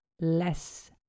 less